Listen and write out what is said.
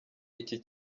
iki